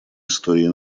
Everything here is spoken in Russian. истории